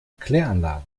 kläranlagen